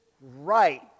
right